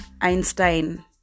Einstein